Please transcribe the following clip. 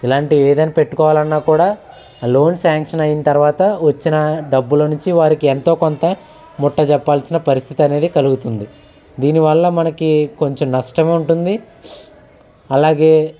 ఇలాంటివి ఏదన్న పెట్టుకోవాలన్నా కూడా లోన్ శాంక్షన్ అయిన తర్వాత వచ్చిన డబ్బుల నుంచి వారికి ఎంతో కొంత ముట్ట చెప్పాల్సిన పరిస్థితి అనేది కలుగుతుంది దీనివల్ల మనకి కొంచెం నష్టం ఉంటుంది అలాగే